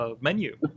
menu